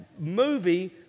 movie